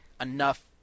enough